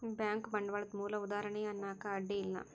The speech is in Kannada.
ಬ್ಯಾಂಕು ಬಂಡ್ವಾಳದ್ ಮೂಲ ಉದಾಹಾರಣಿ ಅನ್ನಾಕ ಅಡ್ಡಿ ಇಲ್ಲಾ